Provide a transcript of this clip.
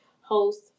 host